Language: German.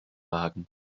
wagen